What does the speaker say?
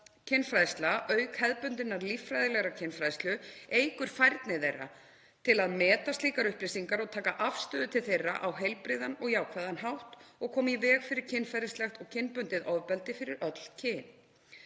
kynfræðsla, auk hefðbundinnar líffræðilegrar kynfræðslu, eykur færni þeirra til að meta slíkar upplýsingar og taka afstöðu til þeirra á heilbrigðan og jákvæðan hátt og kemur í veg fyrir kynferðislegt og kynbundið ofbeldi fyrir öll kyn.